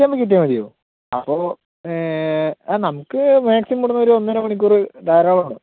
ഉച്ചയാവുമ്പോഴേക്ക് എത്തിയാൽ മതിയോ അപ്പോൾ ആ നമുക്ക് മാക്സിമം ഇവിടുന്നൊരു ഒന്നരമണിക്കൂറ് ധാരാളമാണ്